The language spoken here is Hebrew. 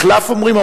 מִחלף אומרים?